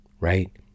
Right